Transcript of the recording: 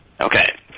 Okay